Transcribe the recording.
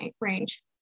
Range